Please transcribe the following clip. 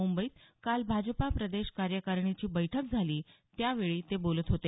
मुंबईत काल भाजपा प्रदेश कार्यकारिणीची बैठक झाली त्यावेळी ते बोलत होते